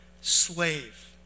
slave